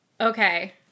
Okay